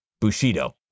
Bushido